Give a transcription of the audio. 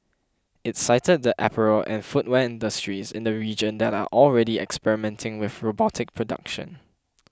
it cited the apparel and footwear industries in the region that are already experimenting with robotic production